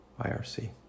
IRC